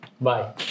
Bye